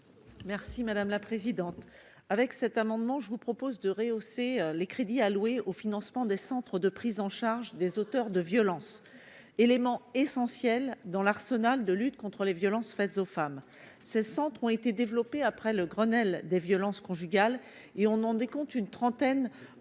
Merci madame la présidente, avec cet amendement, je vous propose de rehausser les crédits alloués au financement des centres de prise en charge des auteurs de violences, élément essentiel dans l'arsenal de lutte contre les violences faites aux femmes, ces centres ont été développées après le Grenelle des violences conjugales et on on décompte une trentaine